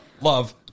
love